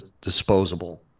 disposable